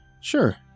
Sure